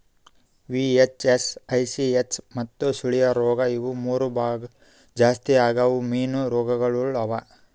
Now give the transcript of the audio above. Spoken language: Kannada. ವಿ.ಹೆಚ್.ಎಸ್, ಐ.ಸಿ.ಹೆಚ್ ಮತ್ತ ಸುಳಿಯ ರೋಗ ಇವು ಮೂರು ಭಾಳ ಜಾಸ್ತಿ ಆಗವ್ ಮೀನು ರೋಗಗೊಳ್ ಅವಾ